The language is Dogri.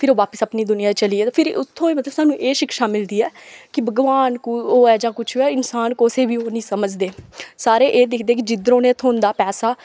फिर ओह् बापस अपनी दुनिया गी चली गेआ ते फिरी उत्थु मतलब सानू एह् शिक्षा मिलदी ऐ कि भगवान होऐ जां कुछ होऐ भगवान कुसै गी बी ओह् नेईं समझदे सारे एह् दिखदे कि जिद्धरुं उ'नेंगी थ्होंदा पैसा